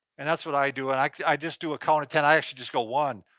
and that's what i do and i i just do a count of ten, i actually just go one,